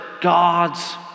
God's